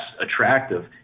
attractive